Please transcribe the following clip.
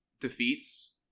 defeats